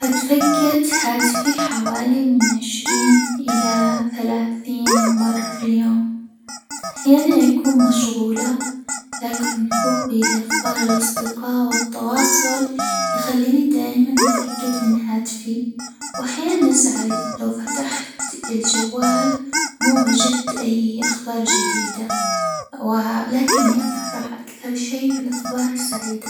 أتفجد هاتفي حوالي من عشرين إلى ثلاثين مرة في اليوم، أحيانًا أكون مشغولة، لكن حبي لأخبار الأصدقاء، والتواصل يخليني دايمًا أتأكد من هاتفي، وأحيانًا أزعل لو فتحت الجوال مو وجدت أي أخبار جديدة، و لكني أفرح أكثر شيء بالاخبار السعيدة.